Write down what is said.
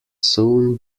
soon